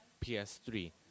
PS3